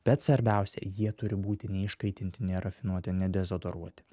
bet svarbiausia jie turi būti neiškaitinti nerafinuoti nedezodoruoti